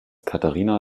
katharina